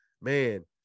man